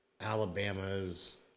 Alabama's